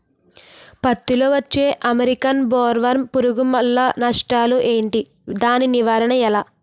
పత్తి లో వచ్చే అమెరికన్ బోల్వర్మ్ పురుగు వల్ల నష్టాలు ఏంటి? దాని నివారణ ఎలా?